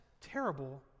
terrible